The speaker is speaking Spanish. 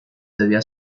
debía